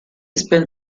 spent